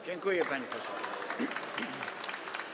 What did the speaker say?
Dziękuję, pani poseł.